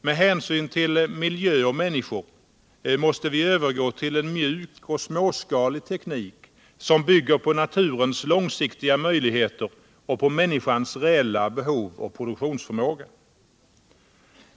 Med hänsyn till miljö och människor måste vi övergå till en mjuk och småskalig icknik. som bygger på naturens långsiktiga möjligheter och på människans reella behov och produktionsförmåga.